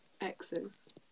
exes